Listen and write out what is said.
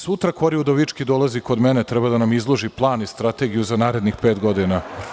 Sutra Kori Udovički dolazi kod mene, treba da nam izloži plan i strategiju za narednih pet godina.